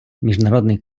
міжнародний